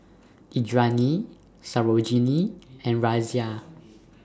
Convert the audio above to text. Indranee Sarojini and Razia